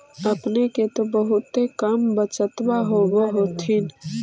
अपने के तो बहुते कम बचतबा होब होथिं?